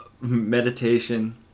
meditation